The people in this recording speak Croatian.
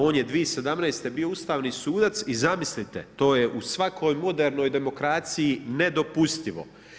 On je 2017. bio ustavni sudac i zamislite to je u svakoj modernoj demokraciji nedopustivo.